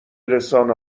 رسانه